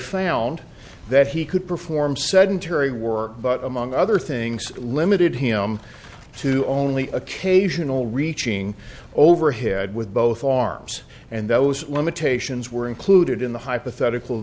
found that he could perform sedentary work but among other things limited him to only occasional reaching over his head with both arms and those limitations were included in the hypothetical